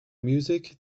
music